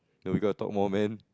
you got to talk more man